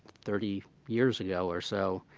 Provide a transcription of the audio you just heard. thirty years ago or so,